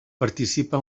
participa